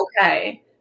Okay